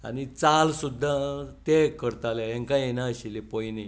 आनी चाल सुद्दां ते करताले हांकां येनाशिल्लें पयलीं